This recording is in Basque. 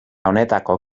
honetako